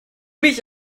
mich